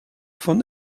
von